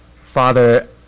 Father